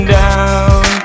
down